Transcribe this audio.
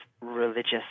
religious